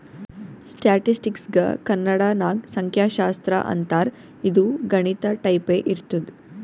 ಸ್ಟ್ಯಾಟಿಸ್ಟಿಕ್ಸ್ಗ ಕನ್ನಡ ನಾಗ್ ಸಂಖ್ಯಾಶಾಸ್ತ್ರ ಅಂತಾರ್ ಇದು ಗಣಿತ ಟೈಪೆ ಇರ್ತುದ್